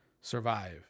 survive